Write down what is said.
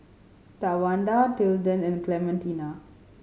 Tawanda Tilden and Clementina